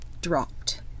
dropped